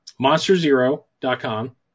MonsterZero.com